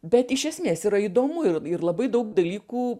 bet iš esmės yra įdomu ir ir labai daug dalykų